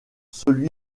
celui